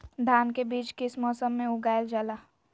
धान के बीज किस मौसम में उगाईल जाला?